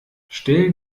stell